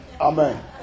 Amen